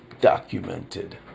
Documented